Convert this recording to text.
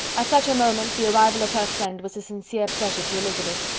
at such a moment, the arrival of her friend was a sincere pleasure to elizabeth,